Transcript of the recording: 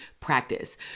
practice